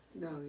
No